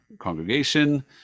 congregation